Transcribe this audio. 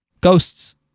Ghosts